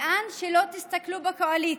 לאן שלא תסתכלו על הקואליציה,